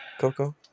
Coco